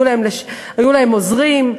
היו להם עוזרים,